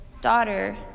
daughter